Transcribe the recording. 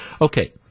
Okay